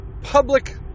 public